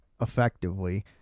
effectively